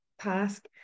task